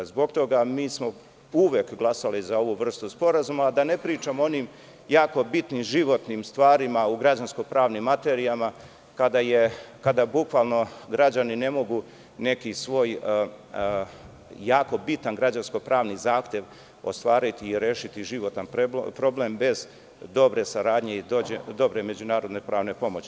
Zbog toga smo mi uvek glasali za ovu vrstu sporazuma, a da ne pričam o onim jako bitnim životnim stvarima u građansko-pravnim materijama, kada bukvalno građani ne mogu niti svoj jako bitan građansko-pravni zahtev ostvariti i rešiti životni problem bez dobre saradnje i dobre međunarodne pravne pomoći.